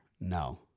No